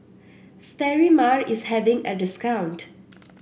Sterimar is having a discount